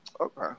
Okay